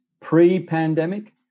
pre-pandemic